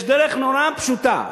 יש דרך נורא פשוטה,